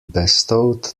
bestowed